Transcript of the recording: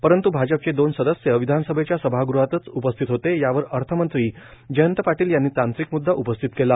परंतू भाजपचे दोन सदस्य विधानसभेच्या सभागृहातच उपस्थित होते यावर अर्थमंत्री जयंत पाटील यांनी तांत्रिक मुददा उपस्थित केला